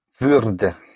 Würde